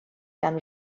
gan